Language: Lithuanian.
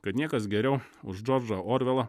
kad niekas geriau už džordžą orvelą